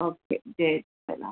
okay जय झूलेलाल